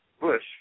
Bush